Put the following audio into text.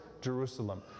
Jerusalem